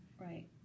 Right